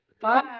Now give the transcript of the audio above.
bye